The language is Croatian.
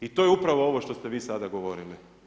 I to je upravo ovo što ste vi sada govorili.